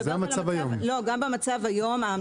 זה המצב היום.